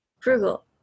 frugal